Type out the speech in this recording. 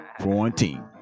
Quarantine